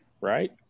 Right